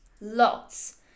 Lots